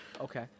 Okay